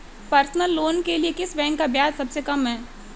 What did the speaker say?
Personal loan के लिए किस बैंक का ब्याज सबसे कम है?